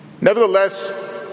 Nevertheless